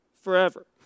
forever